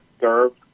served